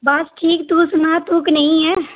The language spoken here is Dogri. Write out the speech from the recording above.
बस ठीक तू सनाऽ तू कनेही ऐं